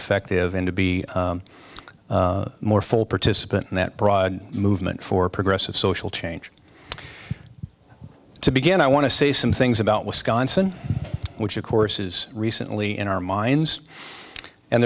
effective and to be more full participant and that broad movement for progressive social change to begin i want to say some things about wisconsin which of course is recently in our minds and